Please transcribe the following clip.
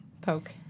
poke